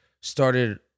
Started